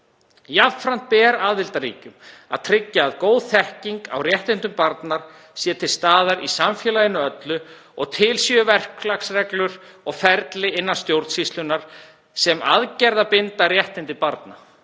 Jafnframt ber aðildarríkjum að tryggja að góð þekking á réttindum barna sé til staðar í samfélaginu öllu og til séu verklagsreglur og ferli innan stjórnsýslunnar sem aðgerðabinda réttindi barna